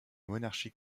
monarchie